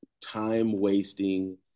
time-wasting